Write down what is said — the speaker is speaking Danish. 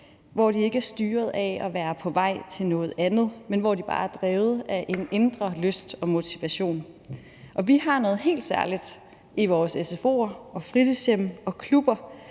hvor de ikke er styret af at være på vej til noget andet, men hvor de bare er drevet af en indre lyst og motivation. Vi har noget helt særligt i vores sfo'er, fritidshjem og klubber,